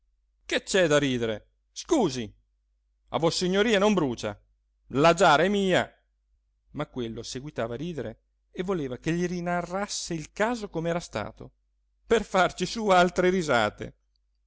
che c'è da ridere scusi a vossignoria non brucia la giara è mia ma quello seguitava a ridere e voleva che gli rinarrasse il caso com'era stato per farci su altre risate